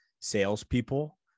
salespeople